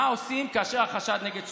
מה עושים כאשר החשד נגד שוטר,